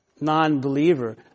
non-believer